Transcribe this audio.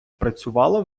працювала